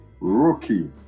rookie